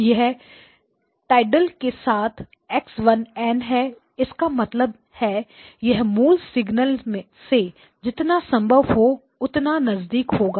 यह टिल्डे के साथ x1n है इसका मतलब है यह मूल सिग्नल से जितना संभव हो उतना नजदीक होगा